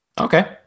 Okay